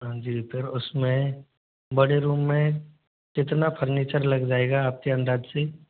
हाँ जी फिर उसमें बड़े रूम में कितना फर्नीचर लग जाएगा आपके अंदाज से